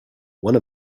one